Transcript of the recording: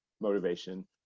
motivation